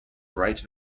great